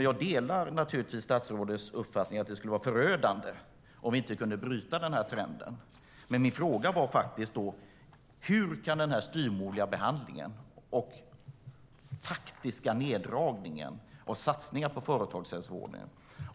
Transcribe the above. Jag delar statsrådets uppfattning att det skulle vara förödande om vi inte bryter denna trend, och min fråga var: Hur gör vi det med den styvmoderliga behandlingen och faktiska neddragningen av satsningarna på företagshälsovården?